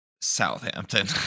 Southampton